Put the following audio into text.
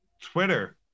twitter